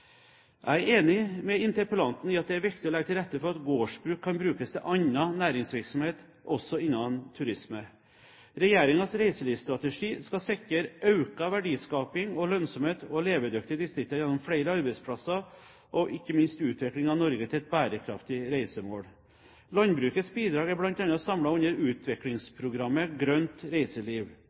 Jeg er enig med interpellanten i at det er viktig å legge til rette for at gårdsbruk kan brukes til annen næringsvirksomhet, også innen turisme. Regjeringens reiselivsstrategi skal sikre økt verdiskaping og lønnsomhet og levedyktige distrikter gjennom flere arbeidsplasser og ikke minst utvikling av Norge som et bærekraftig reisemål. Landbrukets bidrag er bl.a. samlet under utviklingsprogrammet Grønt reiseliv.